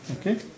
Okay